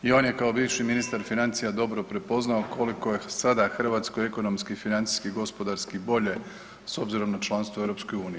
I on je kao bivši ministar financija dobro prepoznao koliko je sada Hrvatskoj ekonomski, financijski i gospodarski bolje s obzirom na članstvo u EU.